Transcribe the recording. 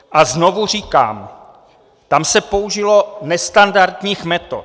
A znovu říkám, tam se použilo nestandardních metod.